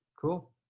cool